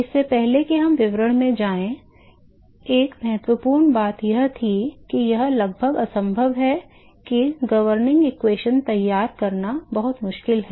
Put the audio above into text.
इससे पहले कि हम विवरण में जाएं एक महत्वपूर्ण बात यह थी कि यह लगभग असंभव है कि गवर्निंग समीकरण तैयार करना बहुत मुश्किल है